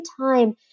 time